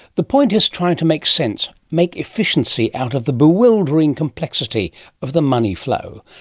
the point is trying to make sense, make efficiency out of the bewildering complexity of the money flow.